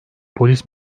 polis